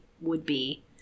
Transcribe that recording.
would-be